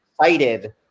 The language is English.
excited